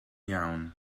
iawn